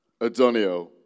Adonio